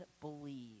believe